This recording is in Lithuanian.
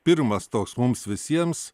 pirmas toks mums visiems